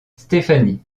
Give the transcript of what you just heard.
stéphanie